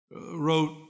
wrote